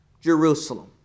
Jerusalem